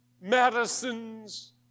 medicines